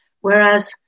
whereas